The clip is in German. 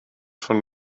von